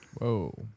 Whoa